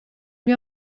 mio